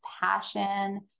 passion